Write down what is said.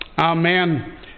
Amen